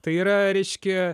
tai yra reiškia